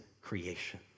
creation